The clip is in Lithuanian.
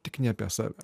tik ne apie save